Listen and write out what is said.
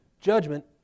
Judgment